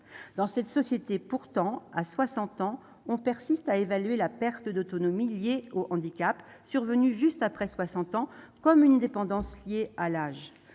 Dans cette société pourtant, à 60 ans, on persiste à évaluer la perte d'autonomie liée au handicap survenu juste après 60 ans comme une dépendance liée à l'âge.